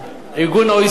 ה-OECD,